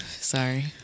Sorry